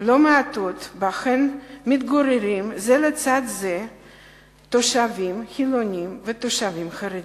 לא מעטות שבהן מתגוררים זה לצד זה תושבים חילונים ותושבים חרדים.